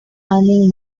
earning